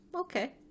okay